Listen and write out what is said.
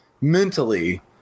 mentally